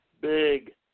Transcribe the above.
big